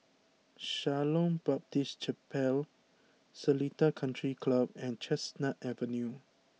Shalom Baptist Chapel Seletar Country Club and Chestnut Avenue